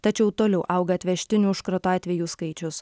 tačiau toliau auga atvežtinių užkrato atvejų skaičius